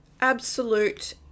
Absolute